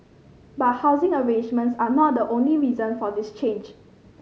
but housing arrangements are not the only reason for this change